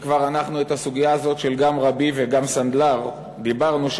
ואנחנו על הסוגיה הזאת של גם רבי וגם סנדלר דיברנו,